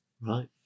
Right